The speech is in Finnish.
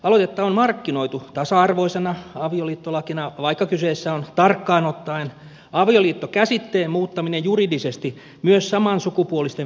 aloitetta on markkinoitu tasa arvoisena avioliittolakina vaikka kyseessä on tarkkaan ottaen avioliittokäsitteen muuttaminen juridisesti myös samansukupuolisten väliseksi liitoksi